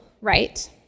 right